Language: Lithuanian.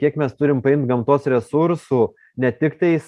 kiek mes turim paimt gamtos resursų ne tiktais